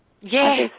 Yes